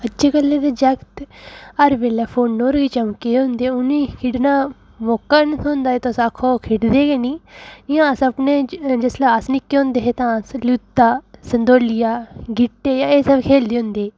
अज्जकल्लै दे जागत हर बैल्ले फोने उप्पर चमके दे होंदे उ'नेंगी खेढने दा मौका नी थ्होंदा तुस आखो खेढदे गै नी इ'यां अस आक्खने जिसलै अस निक्के होंदे हे तां अस लुत्ता संदोलिया गीह्टे एह् सब खेलदे होंदे हे